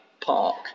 Park